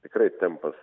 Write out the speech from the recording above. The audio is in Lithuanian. tikrai tempas